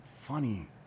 funny